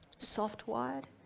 soft-wired.